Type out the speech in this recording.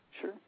Sure